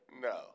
No